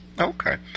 okay